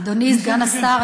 אדוני סגן השר.